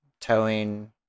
towing